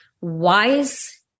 wise